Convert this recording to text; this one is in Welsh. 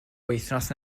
wythnos